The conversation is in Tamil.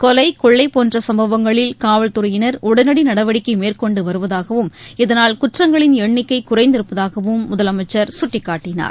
கொலை கொள்ளை போன்ற சம்பவங்களில் காவல்துறையினர் உடனடி நடவடிக்கை மேற்கொண்டு வருவதாகவும் இதனால் குற்றங்களின் எண்ணிக்கை குறைந்திருப்பதாகவும் முதலமைச்சர் கட்டிக்காட்டினார்